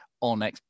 on